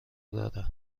داره